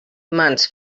mans